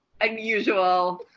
unusual